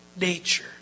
nature